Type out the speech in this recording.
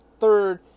third